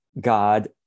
God